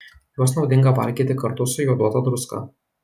juos naudinga valgyti kartu su joduota druska